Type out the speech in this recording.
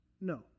No